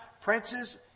princes